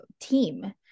team